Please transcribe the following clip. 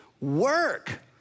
work